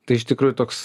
tai iš tikrųjų toks